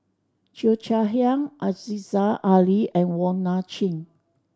Cheo Chai Hiang Aziza Ali and Wong Nai Chin